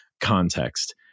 context